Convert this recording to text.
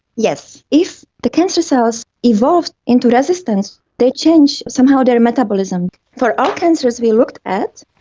yes. if the cancer cells evolved into resistance, they changed somehow their metabolism. for our cancers we looked at,